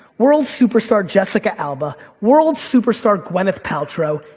world superstar jessica alba, world superstar gwyneth paltrow,